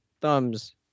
thumbs